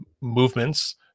movements